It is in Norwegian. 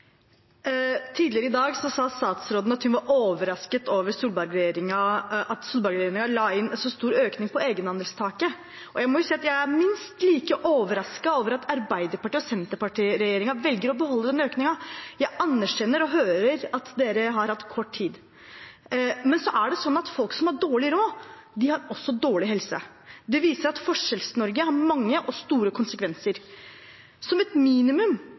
Tidligere i dag sa statsråden at hun var overrasket over at Solberg-regjeringen la inn en så stor økning av egenandelstaket. Jeg må si at jeg er minst like overrasket over at Arbeiderparti–Senterparti-regjeringen velger å beholde den økningen. Jeg anerkjenner og hører at de har hatt kort tid, men folk som har dårlig råd, har også dårlig helse. Det viser at Forskjells-Norge har mange og store konsekvenser. Som et minimum